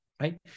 right